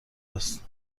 است